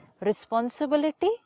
Responsibility